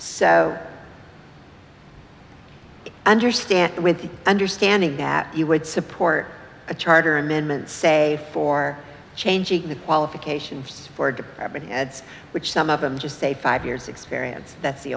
so i understand with the understanding that you would support a charter amendment say for changing the qualifications for department heads which some of them just say five years experience that's the